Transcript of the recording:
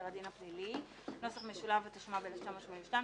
הדין הפלילי (נוסח משולב) תשמ"ב-1982,